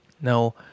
Now